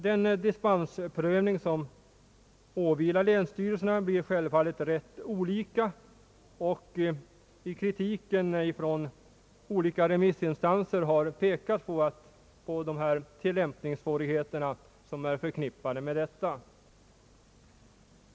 Den dispensprövning som åvilar länsstyrelserna utfaller givetvis rätt olika, och i kritiken från olika remissinstanser har framhållits de tillämpningssvårigheter som är förknippade med dispensprövningen.